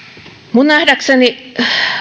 minun nähdäkseni